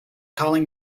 calling